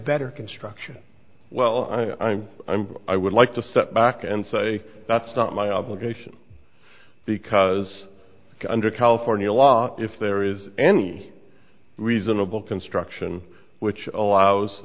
better construction well i'm i'm i would like to set back and say that's not my obligation because under california law if there is any reasonable construction which allows